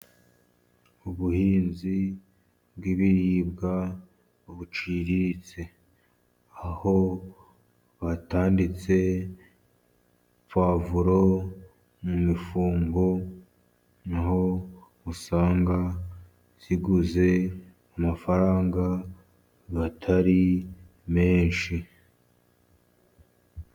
Ubuhinzi bw'ibiribwa buciriritse, aho batanditse puwavuro mu mifungo, aho usanga ziguze amafaranga atari menshi.